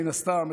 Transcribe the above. מן הסתם,